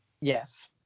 Yes